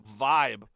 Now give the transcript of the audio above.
vibe